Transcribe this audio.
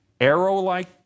arrow-like